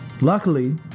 Luckily